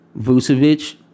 Vucevic